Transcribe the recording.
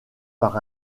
par